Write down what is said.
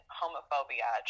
homophobia